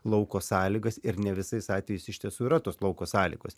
lauko sąlygas ir ne visais atvejais iš tiesų yra tos lauko sąlygos